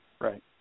Right